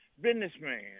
businessman